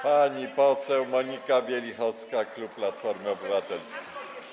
Pani poseł Monika Wielichowska, klub Platformy Obywatelskiej.